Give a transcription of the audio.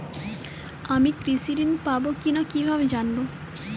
আমি কৃষি ঋণ পাবো কি না কিভাবে জানবো?